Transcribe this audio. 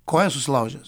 koją susilaužęs